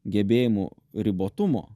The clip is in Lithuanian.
gebėjimų ribotumo